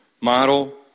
model